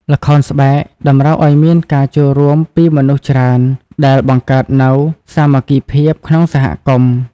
ល្ខោនស្បែក តម្រូវឱ្យមានការចូលរួមពីមនុស្សច្រើន ដែលបង្កើតនូវ សាមគ្គីភាព ក្នុងសហគមន៍។